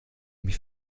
mich